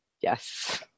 yes